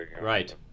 Right